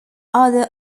other